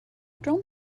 drum